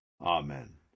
Amen